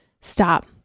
stop